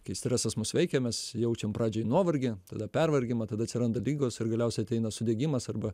kai stresas mus veikia mes jaučiam pradžioj nuovargį tada pervargimą tada atsiranda ligos ir galiausiai ateina sudegimas arba